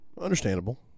understandable